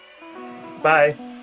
Bye